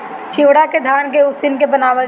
चिवड़ा के धान के उसिन के बनावल जाला